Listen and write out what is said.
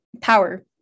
power